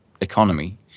economy